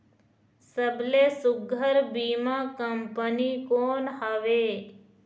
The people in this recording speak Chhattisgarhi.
सबले सुघ्घर बीमा कंपनी कोन हवे?